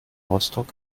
rostock